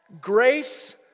Grace